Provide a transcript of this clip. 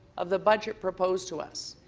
of the budget proposed to us.